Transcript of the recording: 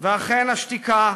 ואכן, השתיקה,